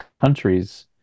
countries